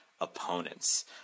opponents